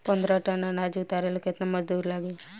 पन्द्रह टन अनाज उतारे ला केतना मजदूर लागी?